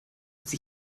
sie